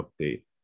update